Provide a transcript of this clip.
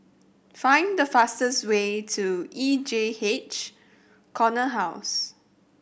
find the fastest way to E J H Corner House